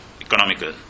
economical